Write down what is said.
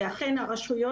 ואכן הרשויות,